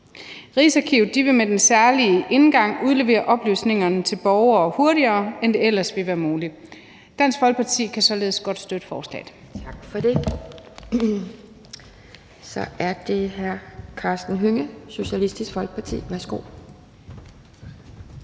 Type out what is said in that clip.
Rigsarkivet vil med den særlige indgang udlevere oplysningerne til borgere hurtigere, end det ellers ville være muligt. Dansk Folkeparti kan således godt støtte forslaget.